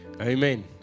Amen